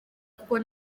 kuko